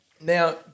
Now